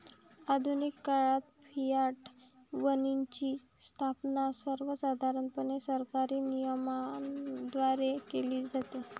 आधुनिक काळात फियाट मनीची स्थापना सर्वसाधारणपणे सरकारी नियमनाद्वारे केली जाते